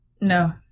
no